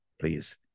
please